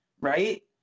right